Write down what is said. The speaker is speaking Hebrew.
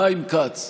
חיים כץ,